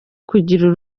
kugira